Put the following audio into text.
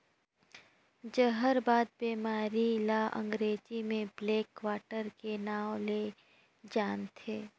जहरबाद बेमारी ल अंगरेजी में ब्लैक क्वार्टर के नांव ले जानथे